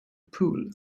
pool